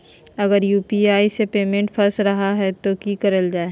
अगर यू.पी.आई से पेमेंट फस रखा जाए तो की करल जाए?